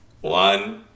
one